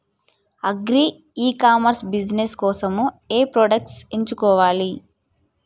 Agri e commerce business కోసము ఏ products ఎంచుకోవాలి?